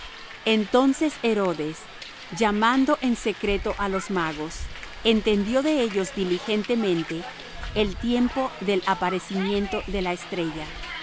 entonces herodes llamando en secreto á los magos entendió de ellos diligentemente el tiempo del aparecimiento de la estrella